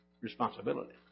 responsibility